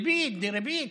ריבית דריבית דריבית,